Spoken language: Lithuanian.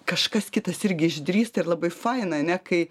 kažkas kitas irgi išdrįsta ir labai faina ane kai